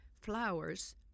Flowers